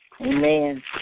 Amen